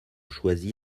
choisi